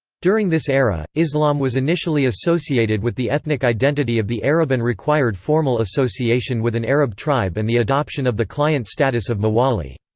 during this era, islam was initially associated with the ethnic identity of the arab and required formal association with an arab tribe and the adoption of the client status of mawali.